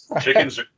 chickens